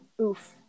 oof